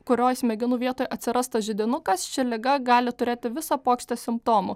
kurioj smegenų vietoje atsiras tas židinukas ši liga gali turėti visą puokštę simptomų